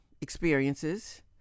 experiences